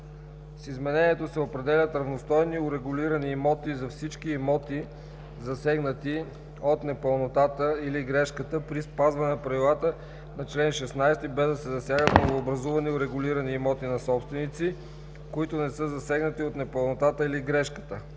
с изменението се определят равностойни урегулирани имоти за всички имоти, засегнати от непълнотата или грешката, при спазване на правилата на чл. 16, без да се засягат новообразувани урегулирани имоти на собственици, които не са засегнати от непълнотата или грешката.